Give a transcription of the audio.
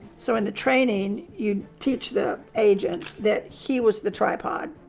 so, in the training you'd teach the agent that he was the tripod.